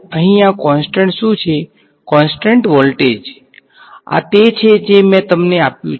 અહીં આ કોન્સટ્ન્ટ શુ છે કોન્સટ્ન્ટ વોલ્ટેજ આ તે છે જે મેં તમને આપ્યું છે